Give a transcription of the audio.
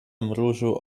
mrużył